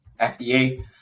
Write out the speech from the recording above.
FDA